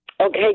Okay